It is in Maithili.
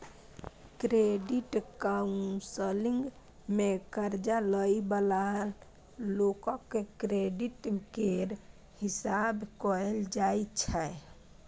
क्रेडिट काउंसलिंग मे कर्जा लइ बला लोकक क्रेडिट केर हिसाब कएल जाइ छै